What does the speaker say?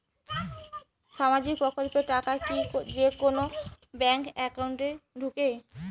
সামাজিক প্রকল্পের টাকা কি যে কুনো ব্যাংক একাউন্টে ঢুকে?